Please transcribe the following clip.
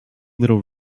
little